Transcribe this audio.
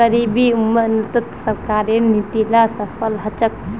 गरीबी उन्मूलनत सरकारेर नीती ला सफल ह छेक